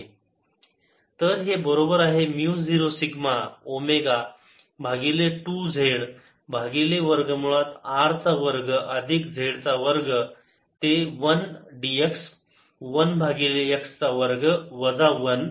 0σωz2 ZR2z21d1x2 1 0σωz2 1 R2z2z 1zR2z2 0σωz2 R22z2zR2z2 2z तर हे बरोबर आहे म्यु 0 सिग्मा ओमेगा भागिले 2 z भागिले वर्ग मुळात R चा वर्ग अधिक z चा वर्ग ते 1 dx 1 भागिले x चा वर्ग वजा 1